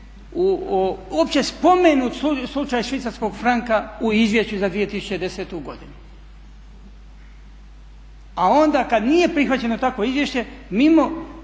uopće spomenut slučaj švicarskog franka u izvješću za 2010. godinu. A onda kad nije prihvaćeno takvo izvješće mimo,